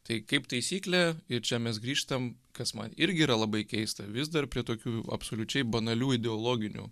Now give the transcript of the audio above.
tai kaip taisyklė ir čia mes grįžtam kas man irgi yra labai keista vis dar prie tokių absoliučiai banalių ideologinių